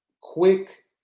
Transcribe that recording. quick